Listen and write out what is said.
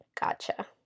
Gotcha